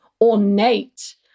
ornate